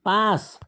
পাঁচ